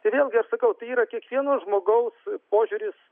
tai vėlgi aš sakau tai yra kiekvieno žmogaus požiūris